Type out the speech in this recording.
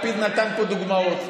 לפיד נתן פה דוגמאות.